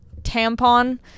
tampon